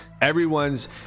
everyone's